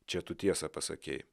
čia tu tiesą pasakei